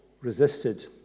resisted